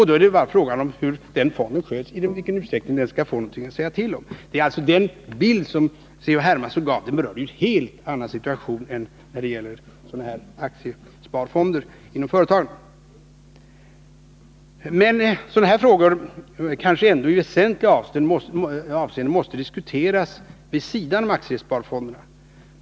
Då är det bara frågan om hur den fonden sköts som är avgörande för i vilken utsträckning man skall få någonting att säga till om. Den bild som C.-H. Hermansson gav hänför sig till en helt annan situation än den som gäller för sådana här aktiesparfonder inom företagen. Men sådana frågor kanske ändå i väsentliga avseenden måste diskuteras vid sidan om aktiesparfonderna.